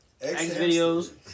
X-Videos